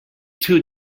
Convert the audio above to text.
two